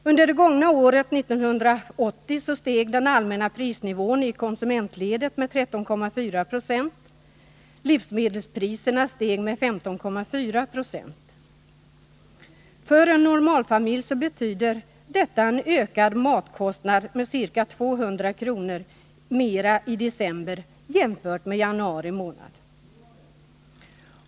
Under det gångna året 1980 steg den allmänna prisnivån i konsumentledet med 13,4 26. Livsmedelspriserna steg med 15,4 70. För en normalfamilj betyder det en ökning av matkostnaden med ca 200 kr. i december jämfört med januari månad.